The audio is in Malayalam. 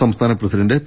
സംസ്ഥാന പ്രസിഡന്റ് പി